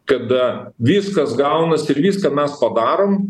kad viskas gaunasi ir viską mes padarom